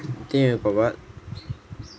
you think you got what